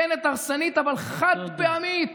מסוכנת, הרסנית, אבל חד-פעמית.